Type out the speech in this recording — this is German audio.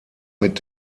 mit